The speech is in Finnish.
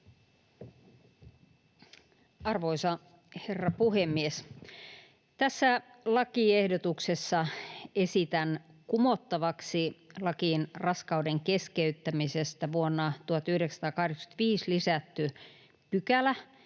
Arvoisa herra puhemies! Tässä lakiehdotuksessa esitän kumottavaksi lakiin raskauden keskeyttämisestä vuonna 1985 lisätyn pykälän,